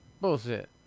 Bullshit